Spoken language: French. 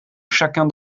chacun